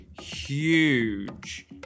huge